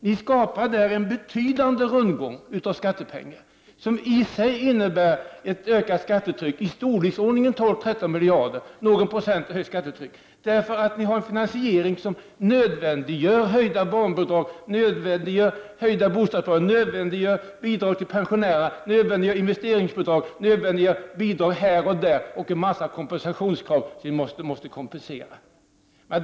Ni skapar där en betydande rundgång av skattepengar, vilket i sig innebär ett ökat skattetryck med i storleksordningen 12-13 miljarder kronor, dvs. någon procent i höjt skattetryck. Ni har en finansiering som nödvändiggör höjda barnbidrag, höjda bostadsbidrag, bidrag till pensionärerna, investeringsbidrag och nödvändiggör bidrag här och där och en massa kompensationskrav som måste tillgodoses.